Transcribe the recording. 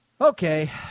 Okay